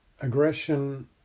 Aggression